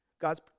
God's